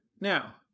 now